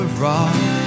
rock